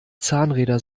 zahnräder